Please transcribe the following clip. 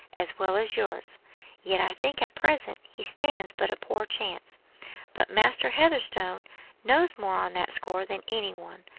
as well as yours yet i think at present he stands but a poor chance but master heatherstone knows more on that score than any one,